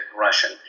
Russian